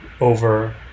over